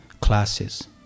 classes